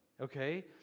Okay